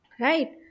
Right